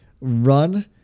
run